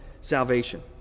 salvation